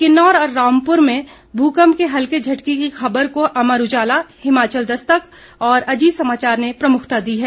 किन्नौर और रामपुर में भूकम्प के हल्के झटके की खबर को अमर उजाला हिमाचल दस्तक और अजीत समाचार ने प्रमुखता दी है